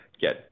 get